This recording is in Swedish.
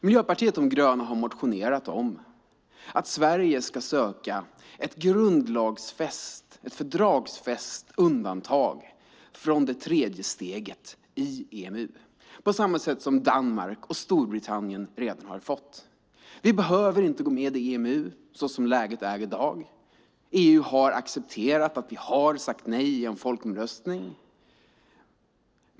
Miljöpartiet de gröna har motionerat om att Sverige ska söka ett grundlagsfäst, fördragsfäst undantag från det tredje steget i EMU på samma sätt som Danmark och Storbritannien redan har fått. Vi behöver inte gå med i EMU så som läget är i dag. EU har accepterat att vi har sagt nej i en folkomröstning.